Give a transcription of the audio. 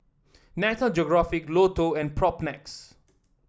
Nat Geographic Lotto and Propnex